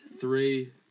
Three